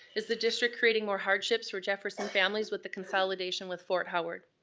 is the district creating more hardships for jefferson families with the consolidation with fort howard?